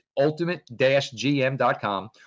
ultimate-gm.com